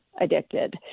addicted